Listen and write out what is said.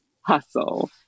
hustle